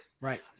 right